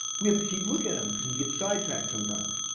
we have to keep looking at them, because we get sidetracked sometimes.